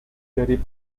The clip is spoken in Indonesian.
dari